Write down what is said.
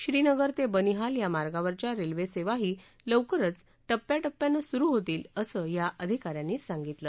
श्रीनगर ते बनिहाल या मार्गावरच्या रेल्वे सेवाही लवकरच प्प्या प्प्यानं सुरु होतील असं या अधिकाऱ्यांनी सांगितलं